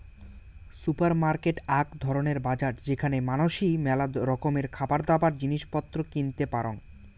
supermarket আক ধরণের বাজার যেখানে মানাসি মেলা রকমের খাবারদাবার, জিনিস পত্র কিনতে পারং